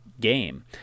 game